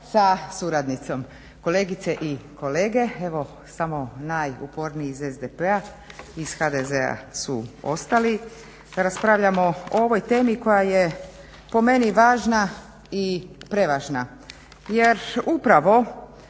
sa suradnicom, kolegice i kolege. Evo samo najuporniji iz SDP-a, iz HDZ-a su ostali raspravljano o ovoj temi koja je po meni važna i prevažna jer upravo